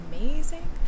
amazing